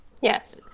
yes